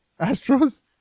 Astros